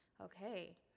Okay